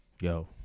Yo